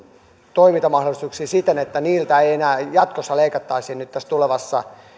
toimintamahdollisuuksia siten että niiltä ei ei enää jatkossa leikattaisi nyt tässä tulevassa